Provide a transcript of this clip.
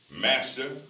Master